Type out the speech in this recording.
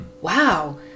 Wow